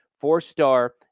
Four-star